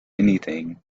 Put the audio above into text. anything